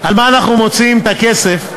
על מה אנחנו מוציאים את הכסף,